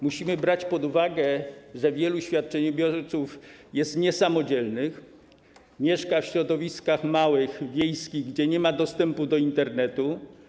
Musimy brać pod uwagę, że wielu świadczeniobiorców jest niesamodzielnych, mieszka w środowiskach małych, wiejskich, gdzie nie ma dostępu do Internetu.